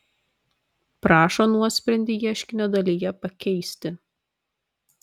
prašo nuosprendį ieškinio dalyje pakeisti